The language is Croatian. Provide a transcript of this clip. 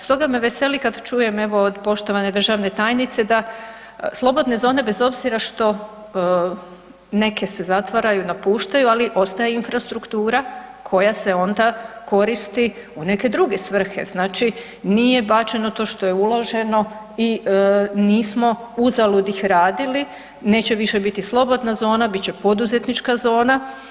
Stoga me veseli kad čujem evo, od poštovane državne tajnice da slobodne zone, bez obzira što neke se zatvaraju, napuštaju, ali ostaje infrastruktura koja se onda koristi u neke druge svrhe, znači nije bačeno to što je uloženo i nismo uzalud iz radili, neće više biti slobodna zona, bit će poduzetnička zona.